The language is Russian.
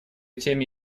теме